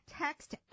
Text